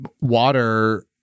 water